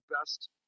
best